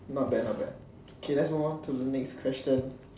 not bad not bad let's move on to the next question